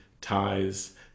ties